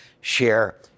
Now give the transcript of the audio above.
share